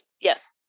Yes